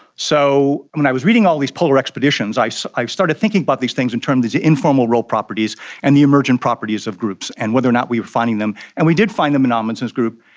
so when i was reading all these polar expeditions i so i started thinking about these things in terms of these informal role properties and the emergent properties of groups and whether or not we were finding them. and we did find them in um amundsen's group.